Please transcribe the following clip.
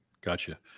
gotcha